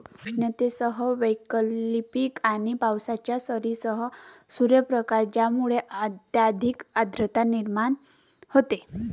उष्णतेसह वैकल्पिक आणि पावसाच्या सरींसह सूर्यप्रकाश ज्यामुळे अत्यधिक आर्द्रता निर्माण होते